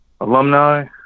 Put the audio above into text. alumni